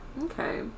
Okay